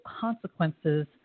consequences